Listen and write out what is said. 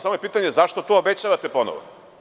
Samo je pitanje zašto to obećavate ponovo.